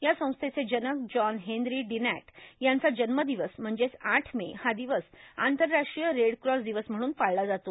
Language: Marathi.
या संस्थेचे जनक जॉन हेनरो डिनँट यांचा जर्न्मादवस म्हणजेच आठ मे हा दिवस आंतरराष्ट्रीय रेड क्रॉस दिवस म्हणून पाळला जातो